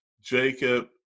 Jacob